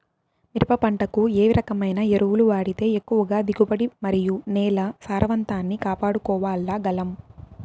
మిరప పంట కు ఏ రకమైన ఎరువులు వాడితే ఎక్కువగా దిగుబడి మరియు నేల సారవంతాన్ని కాపాడుకోవాల్ల గలం?